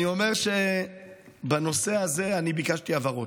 אני אומר שבנושא הזה ביקשתי הבהרות,